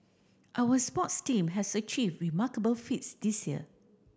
our sports team has achieved remarkable feats this year